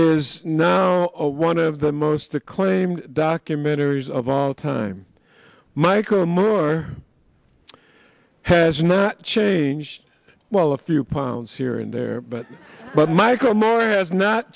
is know one of the most acclaimed documentaries of all time michael moore has not changed well a few pounds here and there but but michael moore has not